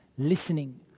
listening